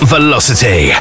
Velocity